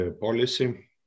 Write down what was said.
policy